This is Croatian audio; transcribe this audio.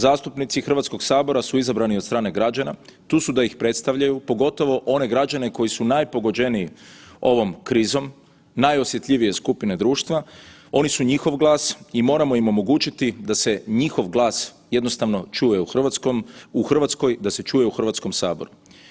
Zastupnici Hrvatskog sabora su izabrani od strane građana tu su da ih predstavljaju pogotovo one građane koji su najpogođeniji ovom krizom, najosjetljivije skupine društva, oni su njihov glas i moramo im omogućiti da se njihov glas jednostavno čuje u Hrvatskoj, da se čuje u Hrvatskom saboru.